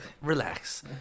relax